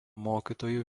mokytojų